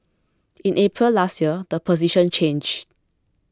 in April last year the position changed